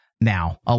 now